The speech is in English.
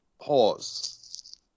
pause